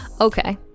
Okay